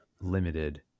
limited